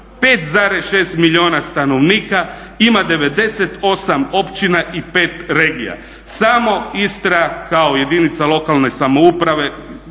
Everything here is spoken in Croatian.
5,6 milijuna stanovnika, ima 98 općina i pet regija. Samo Istra ima 42 jedinice lokalne i